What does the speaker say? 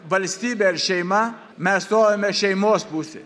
valstybė ar šeima mes stovime šeimos pusėj